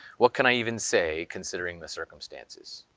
what can i even say, considering the circumstances?